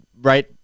right